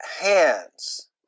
hands